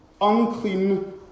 unclean